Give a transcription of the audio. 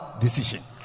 decision